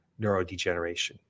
neurodegeneration